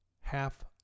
half